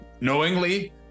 knowingly